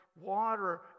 water